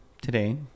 today